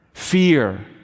Fear